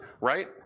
right